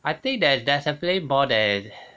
I think that there's definitely more than